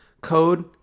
Code